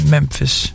Memphis